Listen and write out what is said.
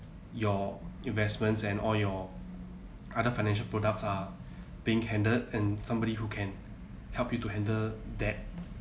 your investments and all your other financial products are being handled and somebody who can help you to handle that